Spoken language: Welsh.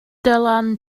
dylan